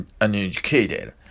uneducated